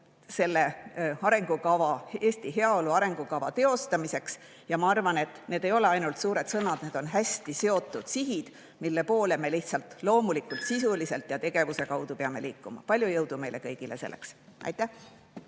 Palju jõudu Eesti heaolu arengukava teostamiseks! Ma arvan, et need ei ole ainult suured sõnad, need on hästi seotud sihid, mille poole me lihtsalt loomulikult sisuliselt ja tegevuse kaudu peame liikuma. Palju jõudu meile kõigile selleks! Aitäh!